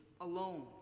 alone